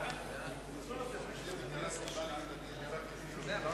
הרווחה והבריאות נתקבלה.